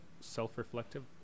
self-reflective